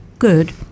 good